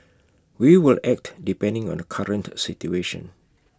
we will act depending on the current situation